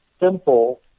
Simple